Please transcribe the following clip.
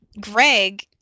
Greg